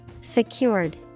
Secured